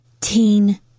Teen